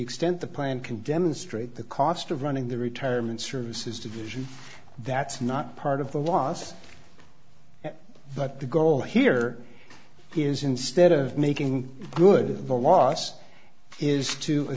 extent the plan can demonstrate the cost of running the retirement services division that's not part of the last but the goal here is instead of making good the loss is to